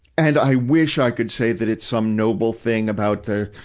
and i wish i could say that it's some noble thing about the,